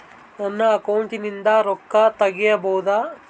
ನನ್ನ ಅಕೌಂಟಿಂದ ರೊಕ್ಕ ತಗಿಬಹುದಾ?